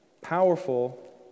powerful